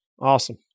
Awesome